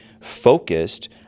focused